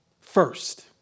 First